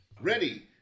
Ready